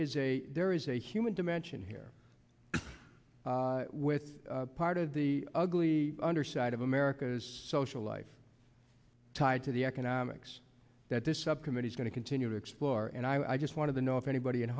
is a there is a human dimension here with part of the ugly underside of america's social life tied to the economics that this subcommittee is going to continue to explore and i just wanted to know if anybody in